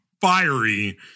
fiery